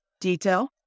detail